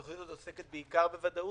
התוכנית הזו עוסקת בעיקר בוודאות.